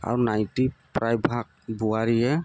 আৰু নাইটি প্ৰায়ভাগ বোৱাৰীয়ে